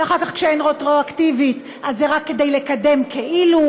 ואחר כך כשאין רטרואקטיביות אז זה רק כדי לקדם כאילו,